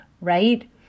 right